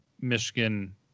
Michigan